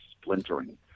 splintering